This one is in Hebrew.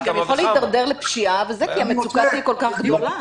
זה גם יכול להידרדר לפשיעה כי המצוקה תהיה כל כך גדולה.